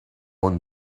own